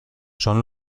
son